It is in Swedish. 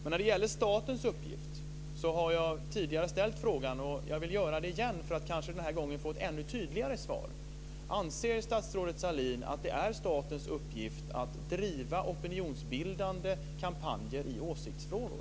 När det gäller statens uppgift har jag tidigare ställt frågan, och jag vill göra det igen för att kanske den här gången få ett ännu tydligare svar: Anser statsrådet Sahlin att det är statens uppgift att driva opinionsbildande kampanjer i åsiktsfrågor?